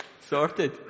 Sorted